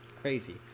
crazy